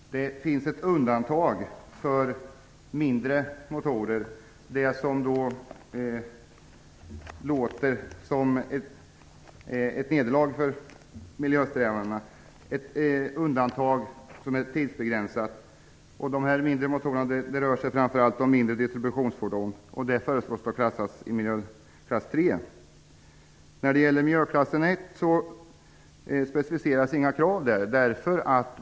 Det finns ett undantag för mindre motorer; det är det som låter som ett nederlag för miljösträvandena. Det är fråga om ett undantag som är tidsbegränsat. Dessa mindre motorer, det rör sig framför allt om mindre distributionsfordon, föreslås klassas i miljöklass 3. När det gäller miljöklass 1 specificeras inga krav.